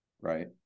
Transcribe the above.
Right